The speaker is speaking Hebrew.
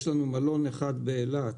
יש לנו מלון אחד באילת,